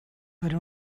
per